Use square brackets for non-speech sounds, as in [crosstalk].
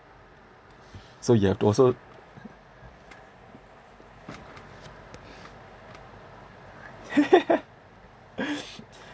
so you have to also [laughs] [noise]